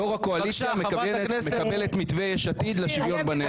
יו"ר הקואליציה מקבל את מתווה יש עתיד לשוויון בנטל.